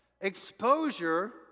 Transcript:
Exposure